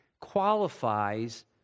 qualifies